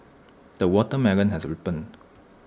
the watermelon has ripened